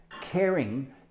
caring